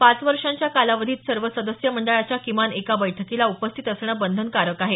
पाच वर्षांच्या कालावधीत सर्व सदस्य मंडळाच्या किमान एका बैठकीला उपस्थित असणं बंधनकारक आहे